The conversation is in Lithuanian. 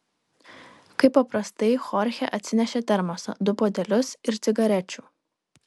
kaip paprastai chorchė atsinešė termosą du puodelius ir cigarečių